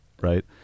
right